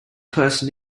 person